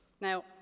Now